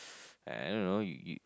I don't know you you